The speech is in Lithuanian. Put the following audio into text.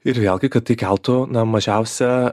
ir vėlgi kad tai keltų na mažiausią